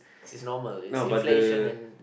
is normal is inflation and